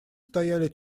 стояли